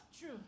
True